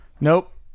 nope